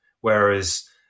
whereas